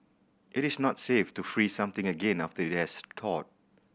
it is not safe to freeze something again after it has thawed